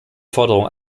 forderung